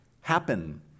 happen